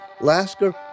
Lasker